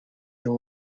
you